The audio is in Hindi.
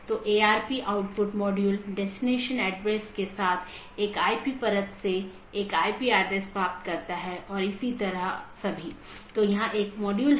तो एक है optional transitive वैकल्पिक सकर्मक जिसका मतलब है यह वैकल्पिक है लेकिन यह पहचान नहीं सकता है लेकिन यह संचारित कर सकता है